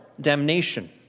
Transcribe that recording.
damnation